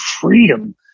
freedom